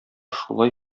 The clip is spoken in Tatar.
шулай